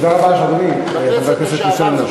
תודה רבה לך, אדוני, חבר הכנסת משולם נהרי.